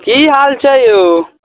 जी